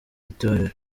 itorero